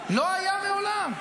לא היו מעולם.